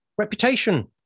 Reputation